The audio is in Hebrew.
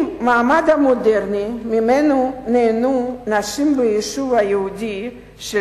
מהמעמד המודרני שממנו נהנו נשים ביישוב היהודי של